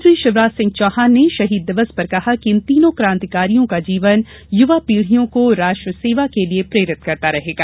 मुख्यमंत्री शिवराज सिंह चौहान ने शहीद दिवस पर कहा कि इन तीनों कांतिकारियों का जीवन युवा पीढियों को राष्ट्रसेवा के लिये प्रेरित करता रहेगा